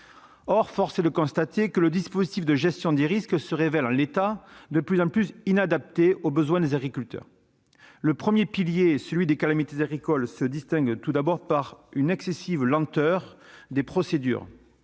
Or force est de constater que le dispositif de gestion des risques se révèle, en l'état, de plus en plus inadapté aux besoins des agriculteurs. Le premier pilier, celui des calamités agricoles, se distingue tout d'abord par une excessive lenteur des procédures.